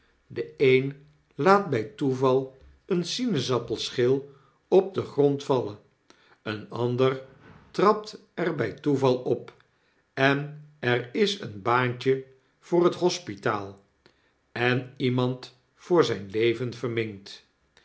de een laat bij toeval eene sinaasappelschil op den grond vallen een ander trapt er bij toeval op en er is een baantje voor het hospitaal en iemand voor zijn leven verminkt